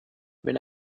wenn